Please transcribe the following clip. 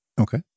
Okay